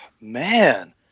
man